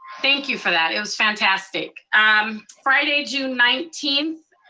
thank you for that, it was fantastic. um friday, june nineteenth,